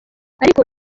ariko